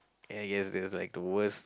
I guess that's like the worst